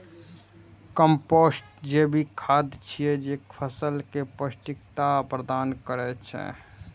compost जैविक खाद छियै, जे फसल कें पौष्टिकता प्रदान करै छै